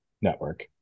network